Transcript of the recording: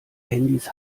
handys